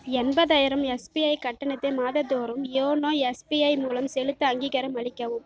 எண்பதாயிரம் எஸ்பிஐ கட்டணத்தை மாதந்தோறும் யோனோ எஸ்பிஐ மூலம் செலுத்த அங்கீகாரம் அளிக்கவும்